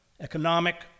economic